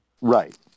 right